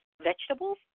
vegetables